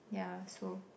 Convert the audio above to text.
ya so